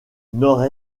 nord